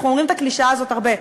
אנחנו אומרים את הקלישאה הזאת הרבה,